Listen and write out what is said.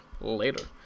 later